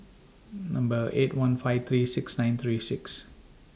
Number eight one five three six nine three six